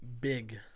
big